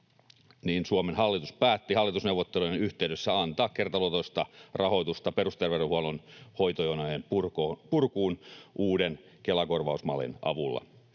on, Suomen hallitus päätti hallitusneuvottelujen yhteydessä antaa kertaluontoista rahoitusta perusterveydenhuollon hoitojonojen purkuun uuden Kela-korvausmallin avulla.